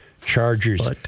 Chargers